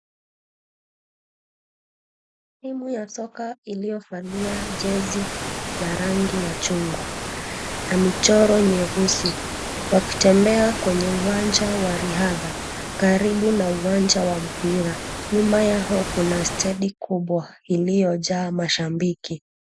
Timu ya soka iliyovalia jezi za rangi ya chungwa na michoro nyeusi wakitembea kwenye uwanja wa riadha karibu na uwanja wa mpira. Nyuma yao kuna stadi kubwa iliyojaa mashabiki.